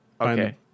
Okay